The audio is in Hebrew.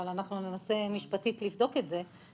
אבל אנחנו ננסה משפטית לבדוק את זה.